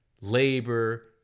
labor